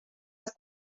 oedd